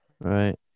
Right